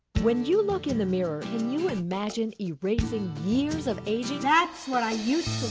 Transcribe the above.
when you look in the mirror, can you imagine erasing years of aging? that's what i used